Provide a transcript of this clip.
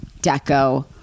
deco